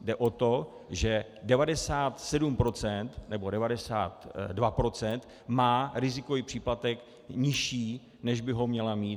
Jde o to, že 97 % nebo 92 % má rizikový příplatek nižší, než by ho měli mít.